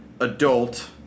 adult